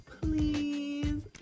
please